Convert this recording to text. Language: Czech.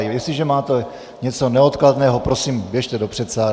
Jestliže máte něco neodkladného, prosím, běžte do předsálí!